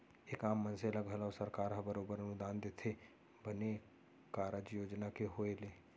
एक आम मनसे ल घलौ सरकार ह बरोबर अनुदान देथे बने कारज योजना के होय ले